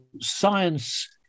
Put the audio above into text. science